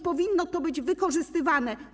Powinno to być wykorzystywane.